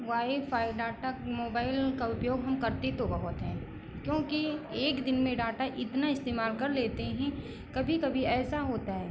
wifi data mobile का उपयोग हम करते तो बहुत हैं क्योंकि एक दिन में डाटा इतना इस्तेमाल कर लेते हें कभी कभी ऐसा होता है